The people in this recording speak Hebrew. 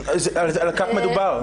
על כך מדובר.